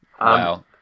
Wow